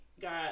got